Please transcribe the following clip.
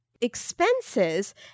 expenses